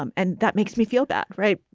um and that makes me feel bad. right.